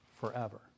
forever